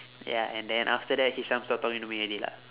ya and then after that hisham stop talking to me already lah